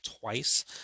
twice